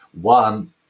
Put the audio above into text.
one